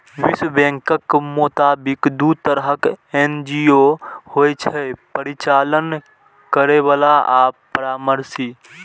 विश्व बैंकक मोताबिक, दू तरहक एन.जी.ओ होइ छै, परिचालन करैबला आ परामर्शी